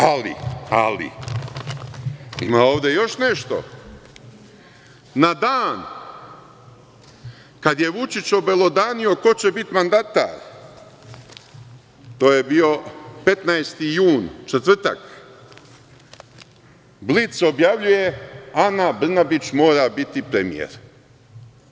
Ali, ima ovde još nešto, na dan kad je Vučić obelodanio ko će biti mandatar, to je bio 15. jun, četvrtak, „Blic“ objavljuje – Ana Brnabić mora biti premijer.